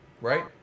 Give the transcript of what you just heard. right